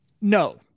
No